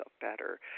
better